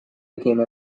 become